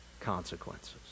consequences